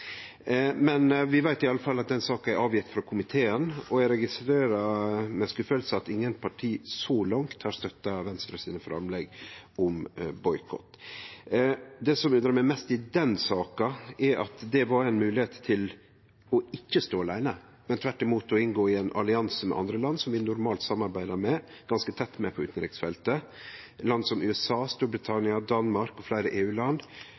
Vi veit i alle fall at saka er gjeven frå komiteen, og eg registrerer med skuffelse at ingen parti så langt har støtta Venstres framlegg om boikott. Det undrar meg mest fordi det var ei moglegheit til ikkje å stå aleine, men tvert imot å inngå ein allianse med andre land som vi normalt samarbeider ganske tett med på utanriksfeltet. Land som USA, Storbritannia, Danmark og fleire